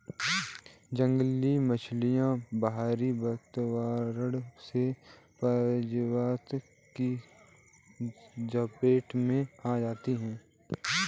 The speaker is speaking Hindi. जंगली मछलियाँ बाहरी वातावरण से परजीवियों की चपेट में आ जाती हैं